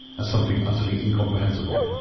as something utterly incomprehensible.